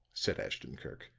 said ashton-kirk.